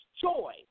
joy